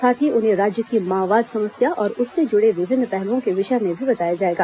साथ ही उन्हें राज्य की माओवाद समस्या और उससे जुड़े विभिन्न पहलूओं के विषय में भी बताया जाएगा